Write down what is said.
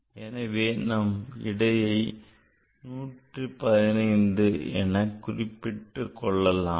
எனவே நாம் இந்த விடையை 115 குறித்துக் கொள்ளலாமா